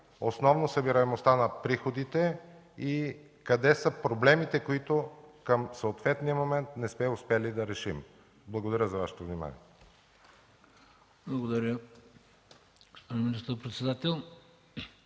основно събираемостта на приходите, и къде са проблемите, които към съответния момент не сме успели да решим. Благодаря за Вашето внимание. ПРЕДСЕДАТЕЛ ХРИСТО БИСЕРОВ: Благодаря, господин министър-председател.